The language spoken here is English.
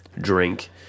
drink